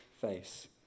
face